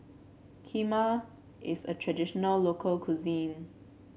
kheema is a traditional local cuisine